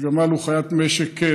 וגמל הוא חיית משק.